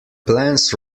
plans